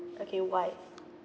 okay why